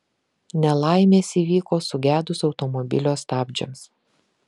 nelaimės įvyko sugedus automobilio stabdžiams